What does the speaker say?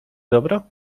dobro